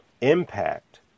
impact